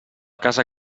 casa